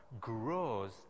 grows